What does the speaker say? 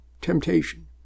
temptation